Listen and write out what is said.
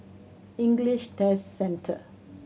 English Test Centre